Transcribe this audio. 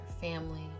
family